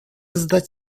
zdać